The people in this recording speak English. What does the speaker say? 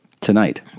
tonight